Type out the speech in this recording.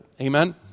Amen